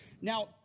Now